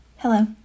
Hello